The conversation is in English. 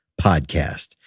podcast